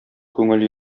күңел